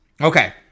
Okay